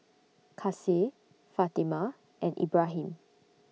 Kasih Fatimah and Ibrahim